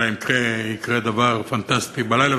אלא אם כן יקרה דבר פנטסטי בלילה,